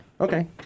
Okay